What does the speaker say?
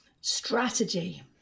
Strategy